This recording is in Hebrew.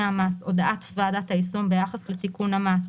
הודעת ועדת היישום ביחס לתיקון המס,